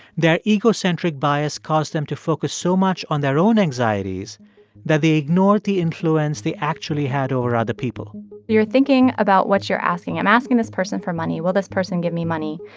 their egocentric bias caused them to focus so much on their own anxieties that they ignored the influence they actually had over other people you're thinking about what you're asking. i'm asking this person for money. will this person give me money?